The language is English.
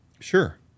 Sure